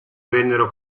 vennero